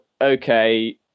okay